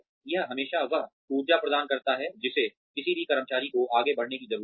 यह हमेशा वह ऊर्जा प्रदान करता है जिसे किसी भी कर्मचारी को आगे बढ़ने की जरूरत है